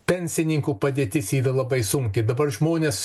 pensininkų padėtis yra labai sunki dabar žmonės